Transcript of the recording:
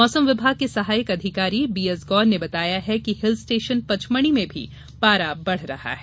मौसम विभाग के सहायक अधिकारी बीएस गौर ने बताया कि हिल स्टेशन पचमढ़ी में भी पारा बढ़ रहा है